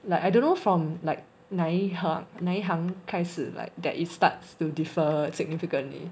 like I don't know from like 哪一行哪一行开始 that it starts to differ significantly